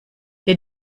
der